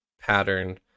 Pattern